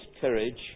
courage